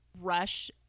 rush